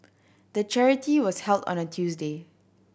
the charity was held on a Tuesday